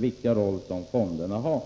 viktiga roll fonderna har.